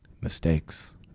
Mistakes